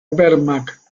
wehrmacht